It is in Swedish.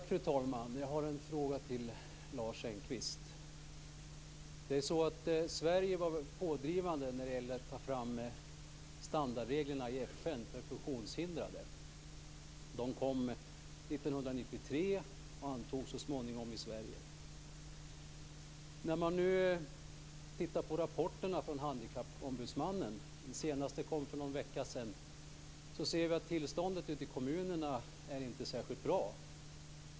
Fru talman! Jag har en fråga till Lars Engqvist. Sverige var pådrivande när det gällde att ta fram standardregler i FN för funktionshindrade. De kom 1993 och antogs så småningom i Sverige. När vi nu tittar på Handikappombudsmannens rapporter - den senaste kom för någon vecka sedan - ser vi att tillståndet i kommunerna inte är särskilt bra.